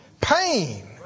pain